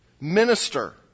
minister